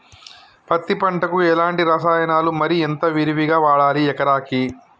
పత్తి పంటకు ఎలాంటి రసాయనాలు మరి ఎంత విరివిగా వాడాలి ఎకరాకి?